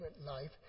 life